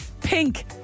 Pink